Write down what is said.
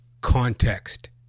context